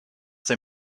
they